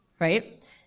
Right